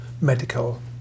medical